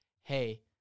hey